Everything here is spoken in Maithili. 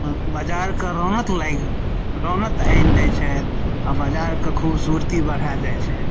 बजारके रौनक लागि रौनक आनि दै छथि आ बजारके खुबसुरती बढ़ि जाइ छथि